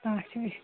اَچھا اَچھا